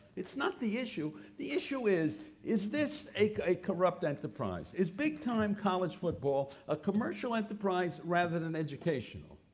it's not the issue. the issue is, is this a corrupt enterprise? is big-time college football a commercial enterprise rather than educational?